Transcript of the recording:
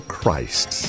Christ